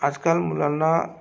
आजकाल मुलांना